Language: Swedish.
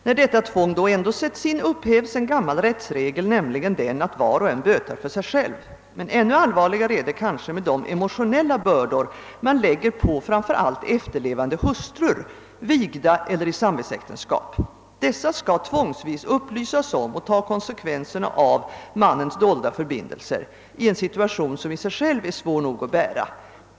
När detta tvång då ändå sätts in upphävs en gammal rättsregel, nämligen den att var och en bötar för sig själv. Men ännu allvarligare är det kanske med de emotionella bördor man lägger på framför allt efterlevande hustrur, vigda eller i samvetsäktenskap. Dessa skall tvångsvis upplysas om och ta konsekvenserna av mannens dolda förbindelser i en situation som i sig själv är svår nog att bära.